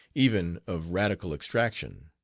even of radical extraction